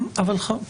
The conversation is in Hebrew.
לא.